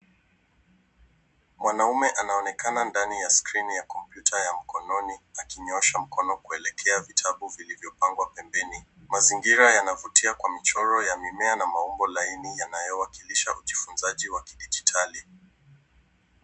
Mwanaume anaonekana ndani ya skrini ya kompyuta ya mkononi akinyoosha mkono kuelekea vitabu vilivyopangwa pembeni. Mazingira yanavutia kwa michoro ya mimea na maumbo laini yanayowakilisha ujifunzaji wa kidijitali.